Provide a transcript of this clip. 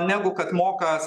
negu kad moka